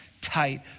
tight